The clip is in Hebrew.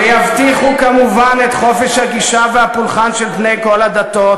ויבטיחו כמובן את חופש הגישה והפולחן של בני כל הדתות